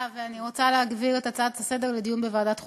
אני רוצה להעביר את ההצעות לסדר-היום לדיון בוועדת החוקה.